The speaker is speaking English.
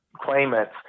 claimants